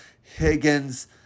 Higgins